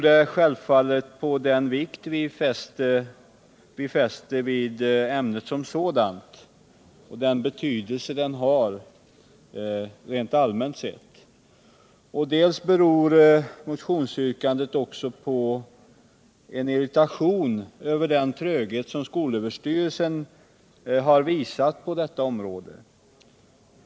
Det gäller dels den vikt vi självfallet fäster vid ämnet allmänt sett, dels en irritation över den tröghet som skolöverstyrelsen har visat på detta område.